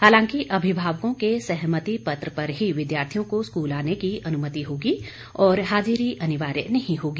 हालांकि अभिभावकों के सहमति पत्र पर ही विद्यार्थियों को स्कूल आने की अनुमति होगी और हाजिरी अनिवार्य नहीं होगी